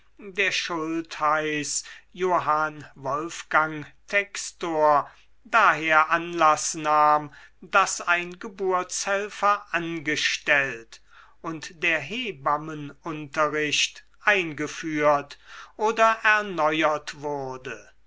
der schultheiß johann wolfgang textor daher anlaß nahm daß ein geburtshelfer angestellt und der hebammenunterricht eingeführt oder erneuert wurde